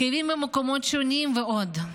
כאבים במקומות שונים ועוד.